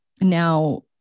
now